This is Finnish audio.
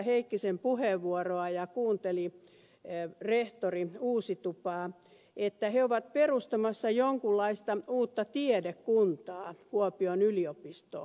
heikkisen puheenvuoroa ja kuunteli rehtori uusitupaa että he ovat perustamassa jonkunlaista uutta tiedekuntaa kuopion yliopistoon